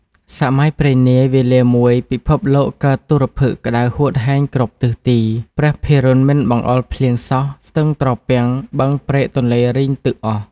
សម័យព្រេងនាយ វេលាមួយ ពិភពលោកកើតទុរភិក្សក្តៅហួតហែងគ្រប់ទិសទី ព្រះពិរុណមិនបង្អុរភ្លៀងសោះ ស្ទឹងត្រពាំង បឹងព្រែកទន្លេរីងទឹកអស់។